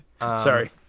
Sorry